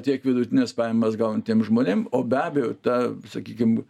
tiek vidutines pajamas gaunantiem žmonėm o be abejo ta sakykim